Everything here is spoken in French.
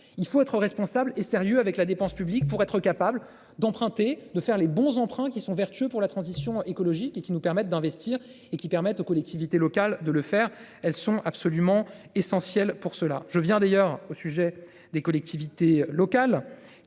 il faut être responsable et sérieux avec la dépense publique pour être capable d'emprunter, de faire les bons emprunt qui sont vertueux pour la transition écologique et qui nous permettent d'investir et qui permettent aux collectivités. Local de le faire, elles sont absolument essentiels pour cela. Je viens d'ailleurs au sujet des collectivités locales